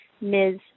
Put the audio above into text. ms